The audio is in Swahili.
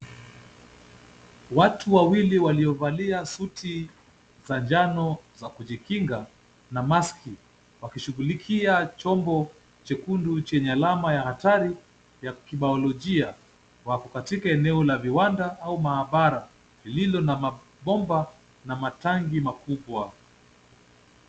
Watu wawili waliovalia suti za njano za kujikinga na maski wakishughulikia chombo chekundu chenye alama ya hatari ya kibaologia wako katika eneo la viwanda au maabara lililo na mabomba na matangi makubwa.